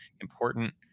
important